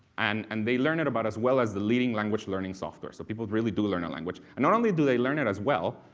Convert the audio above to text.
and and they learn it about as well as the leading language learning software. so people really do learn a language. and not only do they learn it as well,